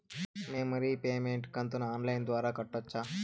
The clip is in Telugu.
మేము రీపేమెంట్ కంతును ఆన్ లైను ద్వారా కట్టొచ్చా